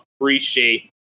appreciate